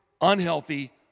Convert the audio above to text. unhealthy